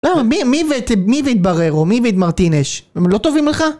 למה? מי והתברר? או מי והתמרטינש? הם לא טובים לך?